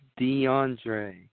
DeAndre